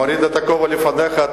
מוריד את הכובע לפניך.